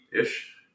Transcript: ish